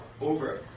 over